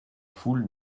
foule